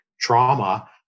trauma